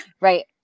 Right